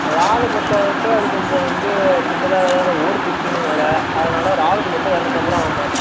இறாலு பொறுத்தவரைக்கும் அது கொஞ்சம் வந்து சின்ன தான் வேறு அது ஓடு பிரிக்கணும் வேறு அதனால இறாலுக்கு மட்டும் இரநூத்தம்பது ரூபா ஆகும்மா